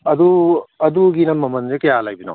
ꯑꯗꯨ ꯑꯗꯨꯒꯤꯅ ꯃꯃꯜꯁꯦ ꯀꯌꯥ ꯂꯩꯕꯅꯣ